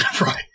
Right